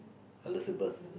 Elizabeth